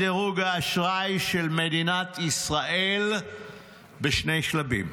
דירוג האשראי של מדינת ישראל בשני שלבים.